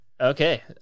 Okay